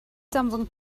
danfon